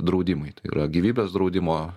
draudimai tai yra gyvybės draudimo